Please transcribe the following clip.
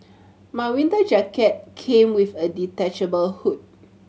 my winter jacket came with a detachable hood